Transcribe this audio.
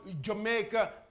Jamaica